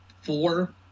four